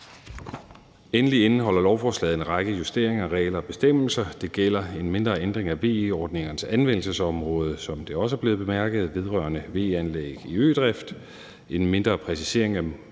Endelig indeholder lovforslaget en række justeringer af regler og bestemmelser. Det gælder en mindre ændring af VE-ordningerne til anvendelsesområdet, som det også er blevet bemærket vedrørende VE-anlæg i ødrift , en mindre præcisering af